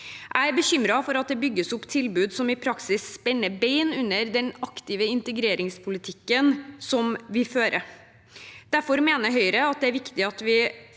Jeg er bekymret for at det bygges opp tilbud som i praksis spenner bein under den aktive integreringspolitikken som vi fører. Derfor mener Høyre at det er viktig at vi